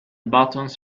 buttons